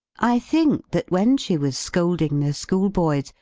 i think that when she was scolding the school-boys,